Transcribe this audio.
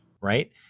right